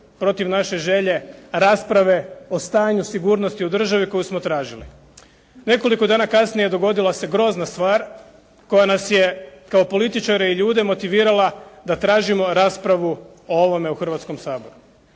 protiv naše želje rasprave o stanju sigurnosti u državi koju smo tražili. Nekoliko dana kasnije dogodila se grozna stvar koja nas je kao političare i ljude motivirala da tražimo raspravu o ovome u Hrvatskom saboru.